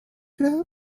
group